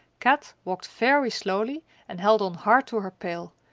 kat walked very slowly and held on hard to her pail,